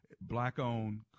black-owned